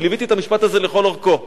אני ליוויתי את המשפט הזה לכל אורכו,